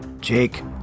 Jake